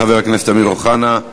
חבר הכנסת אמיר אוחנה.